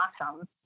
awesome